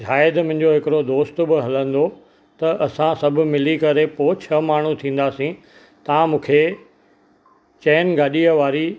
शायदि मुंहिंजो हिकिड़ो दोस्त बि हलंदो त असां सभु मिली करे पोइ छह माण्हू थींदासीं तव्हां मूंखे चइनि गाॾीअ वारी